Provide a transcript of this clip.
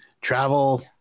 travel